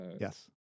Yes